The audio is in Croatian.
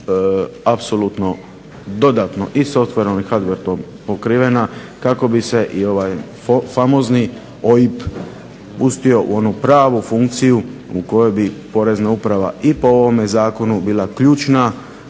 apsolutno dodatno i softverom i hardverom pokrivena kako bi se i ovaj famozni OIB uspio u onu pravu funkciju u kojoj bi Porezna uprava i po ovome zakonu bila ključna,